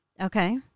Okay